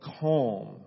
calm